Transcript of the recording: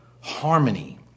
harmony